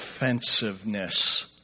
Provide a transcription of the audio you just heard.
offensiveness